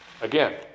Again